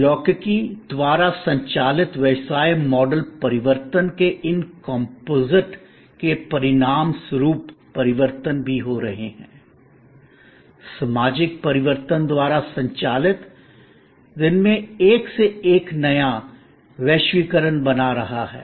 प्रौद्योगिकी द्वारा संचालित व्यवसाय मॉडल परिवर्तन के इन कंपोजिट के परिणामस्वरूप परिवर्तन भी हो रहे हैं सामाजिक परिवर्तन द्वारा संचालित दिन 1 से नया वैश्वीकरण बना रहा है